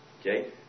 Okay